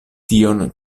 tion